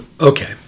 Okay